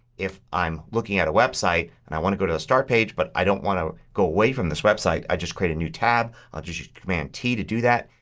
if i'm looking at a website and i want to go to the start page but i don't want to go away from this website, i just create a new tab, i'll just use command t to do that,